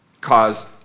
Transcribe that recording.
cause